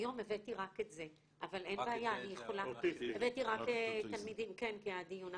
היום הבאתי רק את זה לגבי האוטיזם כי זה הדיון,